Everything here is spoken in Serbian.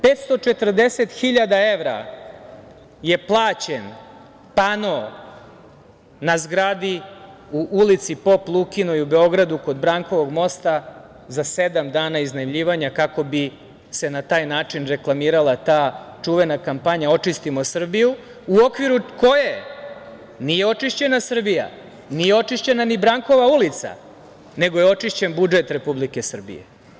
Pet stotina četrdeset hiljada evra je plaćen pano na zgradi u ulici Pop Lukinoj u Beogradu kod Brankovog mosta za sedam dana iznajmljivanja, kako bi se na taj način reklamirala ta čuvena kampanja „Očistimo Srbiju“, a u okviru koje nije očišćena Srbija, nije očišćena ni Brankova ulica, nego je očišćen budžet Republike Srbije.